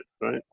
Right